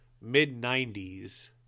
mid-90s